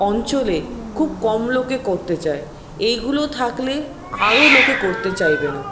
অঞ্চলে খুব কম লোকে করতে চায় এইগুলো থাকলে আরও লোকে করতে চাইবে না